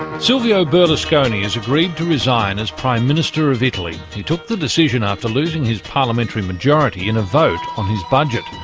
silvio berlusconi has agreed to resign as prime minister of italy. he took the decision after losing his parliamentary majority in a vote on his budget.